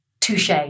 touche